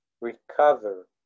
recover